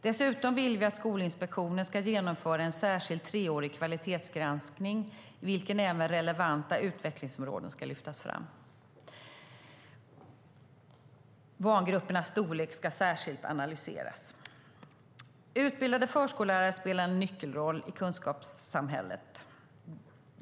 Dessutom vill vi att Skolinspektionen ska genomföra en särskild treårig kvalitetsgranskning i vilken även relevanta utvecklingsområden ska lyftas fram. Barngruppernas storlek ska särskilt analyseras. Utbildade förskollärare spelar en nyckelroll i kunskapssamhället.